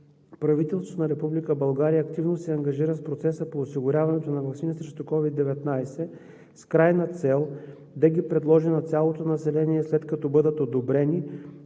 правителството на Република България активно се ангажира с процеса по осигуряването на ваксини срещу COVID-19 с крайна цел да ги предложи на цялото население, след като бъдат одобрени